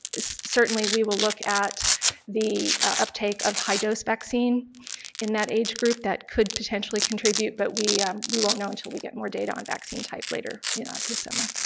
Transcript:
certainly we will look at the uptake of high dose vaccine in that age group, that could potentially contribute but we we won't know until we get more data on vaccine type later yeah this summer.